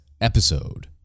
episode